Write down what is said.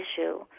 issue